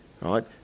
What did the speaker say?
right